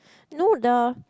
no the